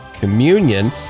communion